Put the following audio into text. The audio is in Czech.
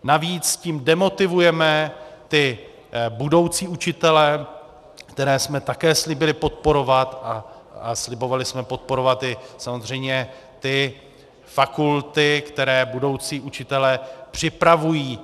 Navíc tím demotivujeme budoucí učitele, které jsme také slíbili podporovat, a slibovali jsme podporovat i samozřejmě fakulty, které budoucí učitele připravují.